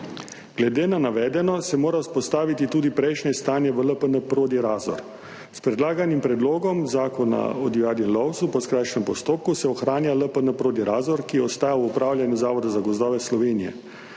Glede na navedeno se mora vzpostaviti tudi prejšnje stanje v LPN Prodi Razor. S predlaganim Predlogom zakona o divjadi lovcu po skrajšanem postopku se ohranja LPN Prodi Razor, ki ostaja v upravljanju Zavoda za gozdove Slovenije.